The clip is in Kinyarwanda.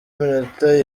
iminota